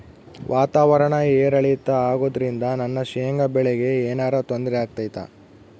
ವಾತಾವರಣ ಏರಿಳಿತ ಅಗೋದ್ರಿಂದ ನನ್ನ ಶೇಂಗಾ ಬೆಳೆಗೆ ಏನರ ತೊಂದ್ರೆ ಆಗ್ತೈತಾ?